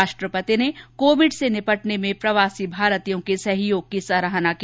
राष्ट्रपति ने कोविड से निपटने में प्रवासी भारतीयों के सहयोग की सराहना की